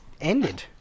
ended